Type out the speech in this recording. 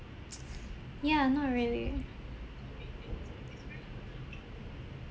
ya not really